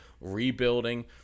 rebuilding